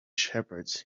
shepherds